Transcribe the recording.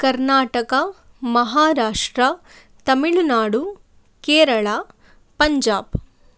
Karnataka Maharashtra Tamil Nadu Kerala Punjab